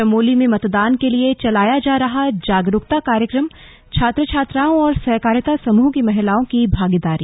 चमोली में मतदान के लिए चलाया जा रहा जागरूकता कार्यक्रमछात्र छात्राओं और सहकारिता समूह की महिलाओं की भागीदारी